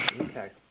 Okay